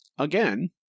Again